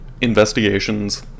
investigations